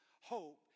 Hope